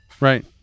Right